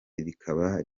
rikaba